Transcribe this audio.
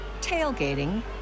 tailgating